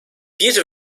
bir